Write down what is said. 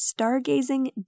stargazing